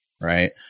right